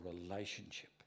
relationship